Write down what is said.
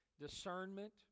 discernment